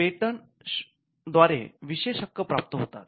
patent द्वारे विशेष हक्क प्राप्त होतात